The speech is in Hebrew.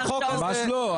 זה לא פרסונלי,